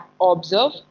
observe